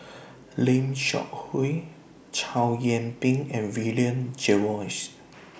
Lim Seok Hui Chow Yian Ping and William Jervois